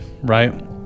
right